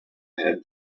head